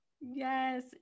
Yes